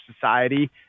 society